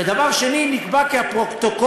ודבר שני, נקבע כי הפרוטוקולים,